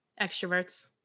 Extroverts